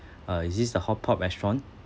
uh is this the hot pot restaurant